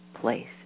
place